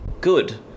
good